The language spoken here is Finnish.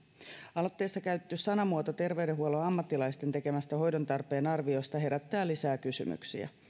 aloitteessa käytetty sanamuoto terveydenhuollon ammattilaisten tekemästä hoidon tarpeen arviosta herättää lisää kysymyksiä